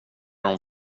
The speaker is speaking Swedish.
dem